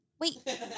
Wait